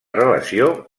relació